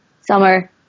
Summer